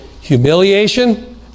humiliation